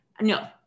no